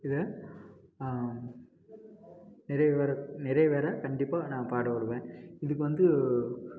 இது நிறைவேற நிறைவேற கண்டிப்பாக நான் பாடுபடுவேன் இதுக்கு வந்து